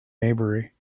maybury